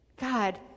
God